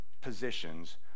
positions